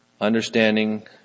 Understanding